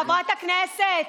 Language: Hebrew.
חברת הכנסת,